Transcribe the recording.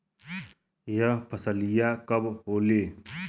यह फसलिया कब होले?